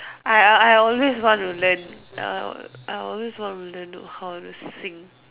I I I always want to learn I uh I always want to learn to how to sing